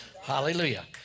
Hallelujah